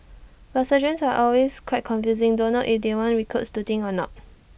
but sergeants are also quite confusing don't know if they want recruits to think or not